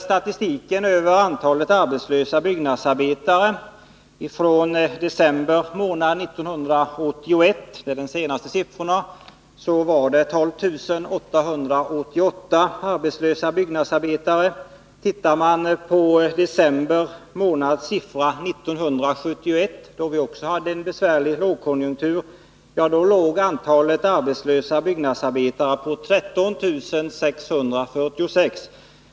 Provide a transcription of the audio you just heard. Statistiken över antalet arbetslösa byggnadsarbetare från december månad 1981 anger siffran 12 888. Det finns anledning att påminna Lars Ulander om förhållandena 1971. Tittar man på uppgifterna för december månad 1971, då vi också hade en besvärlig lågkonjunktur, finner man att antalet arbetslösa byggnadsarbetare låg på 13 646.